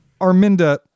Arminda